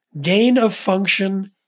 gain-of-function